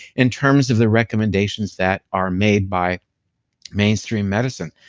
in terms of the recommendations that are made by mainstream medicine.